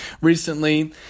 recently